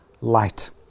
light